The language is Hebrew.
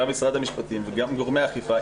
גם ממשרד המשפטים וגם מגורמי האכיפה,